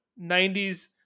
90s